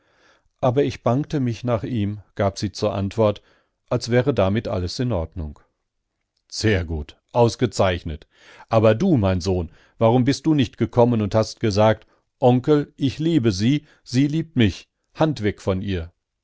aber ich bangte mich nach ihm gab sie zur antwort als wäre damit alles in ordnung sehr gut ausgezeichnet aber du mein sohn warum bist du nicht gekommen und hast gesagt onkel ich liebe sie sie liebt mich hand weg von ihr